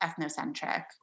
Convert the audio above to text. ethnocentric